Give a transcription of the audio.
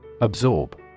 Absorb